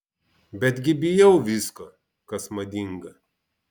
betgi bijau visko kas madinga